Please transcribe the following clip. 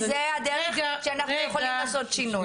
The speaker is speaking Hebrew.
זו הדרך בה אנחנו יכולים לעשות שינוי.